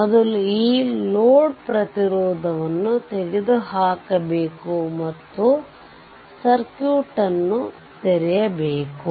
ಮೊದಲು ಈ ಲೋಡ್ ಪ್ರತಿರೋಧವನ್ನು ತೆಗೆದುಹಾಕಬೇಕು ಮತ್ತು ಸರ್ಕ್ಯೂಟ್ ಗಳನ್ನು ತೆರೆಯಬೇಕು